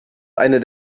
einer